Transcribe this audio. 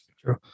True